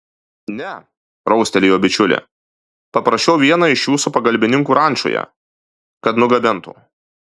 ne raustelėjo bičiulė paprašiau vieną iš jūsų pagalbininkų rančoje kad nugabentų